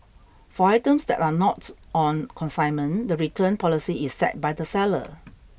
for items that are not on consignment the return policy is set by the seller